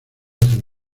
hacen